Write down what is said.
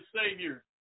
Savior